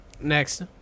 next